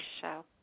show